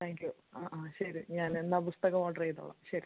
thank you ആ ആ ശരി ഞാൻ എന്നാൽ പുസ്തകം ഓഡറ് ചെയ്തോളാം ശരി